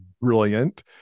brilliant